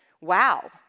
wow